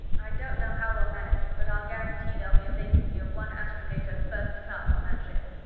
i don't know how we'll manage it, but i'll guarantee there'll be a vacancy of one astrogator, first class, on that ship.